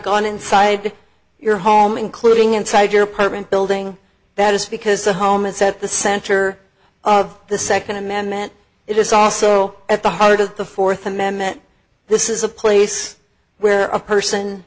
gun inside your home including inside your apartment building that is because the home is at the center of the second amendment it is also at the heart of the fourth amendment this is a place where a person